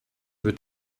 wird